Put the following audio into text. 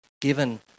given